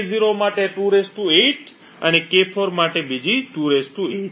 K0 માટે 2 8 અને K4 માટે બીજો 2 8